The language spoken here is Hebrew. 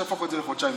שיהפוך את זה לחודשיים,